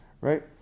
right